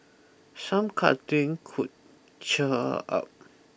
some cuddling could cheer her up